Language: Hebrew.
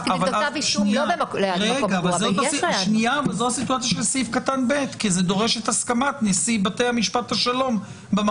לשם כך גם צריך את האישור של נשיא בית משפט השלום באותו